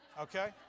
okay